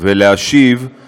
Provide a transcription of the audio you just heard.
ולהשיב על